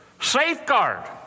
safeguard